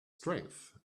strength